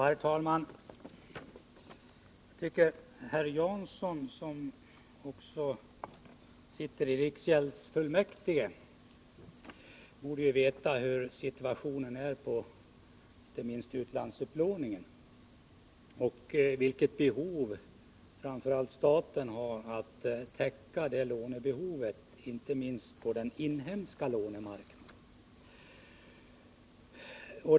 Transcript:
Herr talman! Jag tycker att herr Jansson, som också sitter i riksgäldsfullmäktige, borde veta hur situationen är, inte minst beträffande utlandsupplåningen. Han borde också veta hur nödvändigt det är, bl.a. för staten, att täcka sitt lånebehov på den inhemska marknaden.